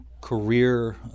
career